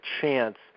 chance